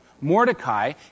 Mordecai